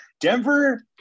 Denver